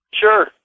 Sure